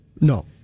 No